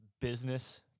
business